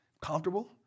Comfortable